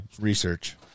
research